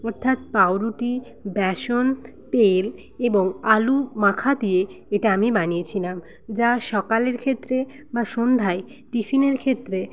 অর্থাৎ পাউরুটি বেসন তেল এবং আলু মাখা দিয়ে এটা আমি বানিয়েছিলাম যা সকালের ক্ষেত্রে বা সন্ধ্যায় টিফিনের ক্ষেত্রে